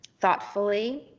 thoughtfully